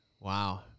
Wow